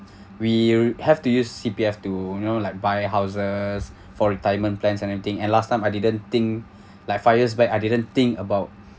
we have to use C_P_F to you know like buy houses for retirement plans anything and last time I didn't think like five years back I didn't think about